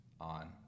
on